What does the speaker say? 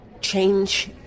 change